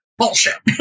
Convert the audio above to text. bullshit